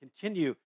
continue